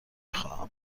خواهم